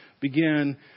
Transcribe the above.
begin